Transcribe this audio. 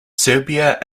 serbia